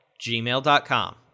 gmail.com